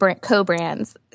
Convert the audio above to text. co-brands